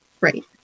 Right